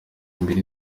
imbere